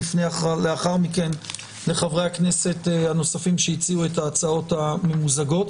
נפנה לאחר מכן לחברי הכנסת הנוספים שהציעו את ההצעות הממוזגות.